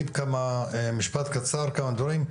משפט קצר, כמה דברים.